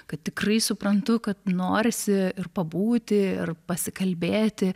kad tikrai suprantu kad norisi ir pabūti ir pasikalbėti